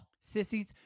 Sissies